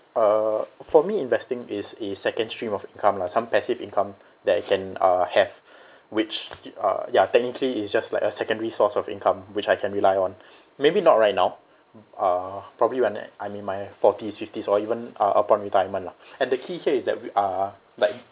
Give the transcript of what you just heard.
uh for me investing is a second stream of income lah some passive income that I can uh have which uh ya technically is just like a secondary source of income which I can rely on maybe not right now uh probably when I'm in my forties fifties or even uh upon retirement lah and the key here is that uh like